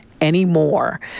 anymore